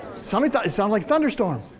somebody thought it sounded like thunderstorm.